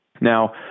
Now